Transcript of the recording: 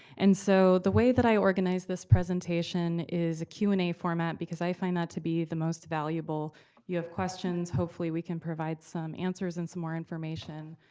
and so the way that i organized this presentation is a q and a format, because i find that to be the most valuable. if you have questions, hopefully we can provide some answers and some more information.